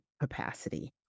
capacity